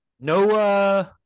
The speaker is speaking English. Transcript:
No